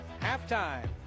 Halftime